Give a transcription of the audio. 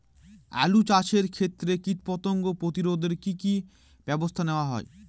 আলু চাষের ক্ষত্রে কীটপতঙ্গ প্রতিরোধে কি কী ব্যবস্থা নেওয়া হয়?